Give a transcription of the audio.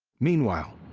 meanwhile,